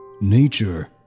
Nature